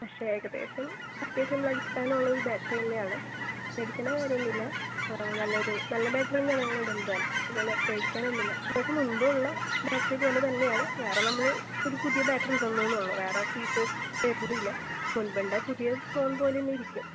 പക്ഷേ ഏകദേശം അത്യാവശ്യം ലൈഫ്സ്പാൻ ഉള്ളൊരു ബാറ്ററി തന്നെയാണ് പേടിക്കേണ്ട കാര്യമൊന്നും ഇല്ല നല്ലൊരു നല്ല ബാറ്ററി തന്നെയാണ് നിങ്ങൾ ഇടുന്നത് പിന്നെ പേടിക്കാനൊന്നുമില്ല കുറച്ച് മുൻപുള്ള ബാറ്ററി പോലെ തന്നെയാണ് വേറെ നമ്മൾ ഒരു പുതിയ ബാറ്ററി ഇടുന്നു എന്നേ ഉള്ളൂ വേറെ ഫീച്ചേഴ്സ് തരേണ്ടി ഇല്ല മുൻപ് ഉണ്ടായ പുതിയ ഫോൺ പോലെ തന്നെയിരിക്കും